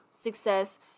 success